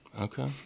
Okay